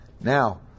Now